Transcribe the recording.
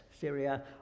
Syria